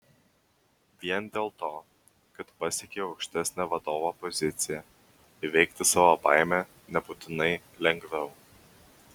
vien dėl to kad pasiekei aukštesnę vadovo poziciją įveikti savo baimę nebūtinai lengviau